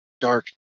dark